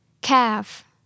Calf